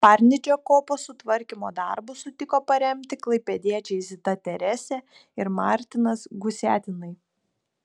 parnidžio kopos sutvarkymo darbus sutiko paremti klaipėdiečiai zita teresė ir martinas gusiatinai